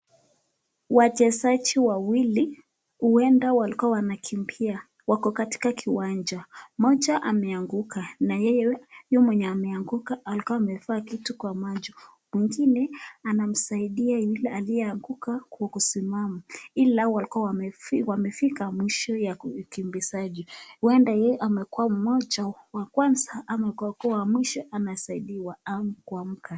Wachezaji wawili huenda walikuwa wanakimbia. Wako katika kiwanja. Mmoja ameanguka na yeye huyo mwenye ameanguka alikuwa amevaa kitu kwa macho. Mwingine anamsaidia yule aliyeanguka kusimama ila walikuwa wamefika mwisho ya kukimbizaji. Huenda yeye amekuwa mmoja wa kwanza ama amekuwa wa mwisho anasaidiwa kuamka.